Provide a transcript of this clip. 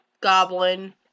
goblin